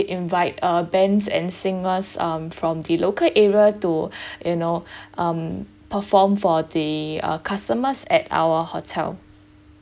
invite uh bands and singers um from the local area to you know um perform for the uh customers at our hotel